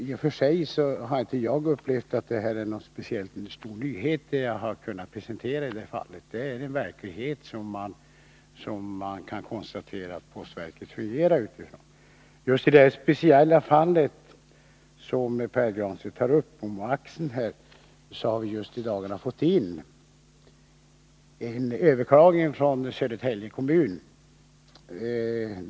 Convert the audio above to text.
I och för sig tycker jag att det jag sagt inte är någon stor nyhet, utan svaret beskriver den verklighet som postverket fungerar i. Just i det speciella fall som Pär Granstedt tar upp — poststället Oaxen — har vi i dagarna fått in ett överklagande från Södertälje kommun.